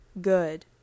good